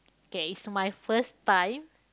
K it's my first time